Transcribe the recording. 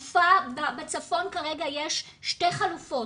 בצפון כרגע יש שתי חלופות,